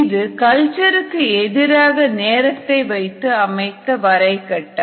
இது கல்ச்சருக்கு எதிராக நேரத்தை வைத்து அமைத்த வரை கட்டம்